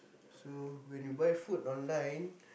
so when you buy food online